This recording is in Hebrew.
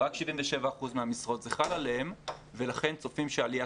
רק על 77% מהמשרות זה חל ולכן צופים שהעלייה